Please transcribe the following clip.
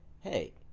Hey